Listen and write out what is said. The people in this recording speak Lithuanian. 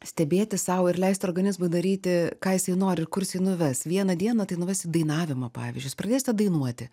stebėti sau ir leisti organizmui daryti ką jisai nori ir kur jisai nuves vieną dieną tai nuves į dainavimą pavyzdžiui jūs pradėsite dainuoti